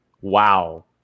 wow